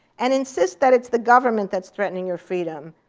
and insist that it's the government that's threatening your freedom,